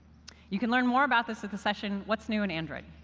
you can learn more about this at the session what's new in android?